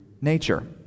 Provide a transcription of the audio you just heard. nature